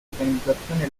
organizzazione